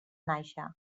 nàixer